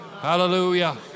Hallelujah